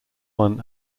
won